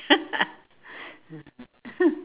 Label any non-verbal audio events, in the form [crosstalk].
[laughs]